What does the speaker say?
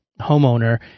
homeowner